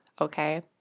okay